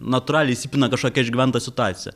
natūraliai įsipina kažkokia išgyventa situacija